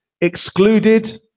excluded